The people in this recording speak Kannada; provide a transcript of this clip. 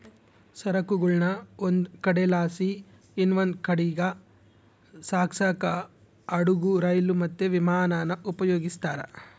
ಸರಕುಗುಳ್ನ ಒಂದು ಕಡೆಲಾಸಿ ಇನವಂದ್ ಕಡೀಗ್ ಸಾಗ್ಸಾಕ ಹಡುಗು, ರೈಲು, ಮತ್ತೆ ವಿಮಾನಾನ ಉಪಯೋಗಿಸ್ತಾರ